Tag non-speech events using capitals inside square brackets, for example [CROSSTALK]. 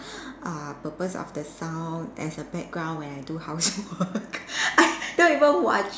[BREATH] uh purpose of the sound as a background when I do housework [BREATH] I don't even watch